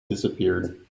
disappeared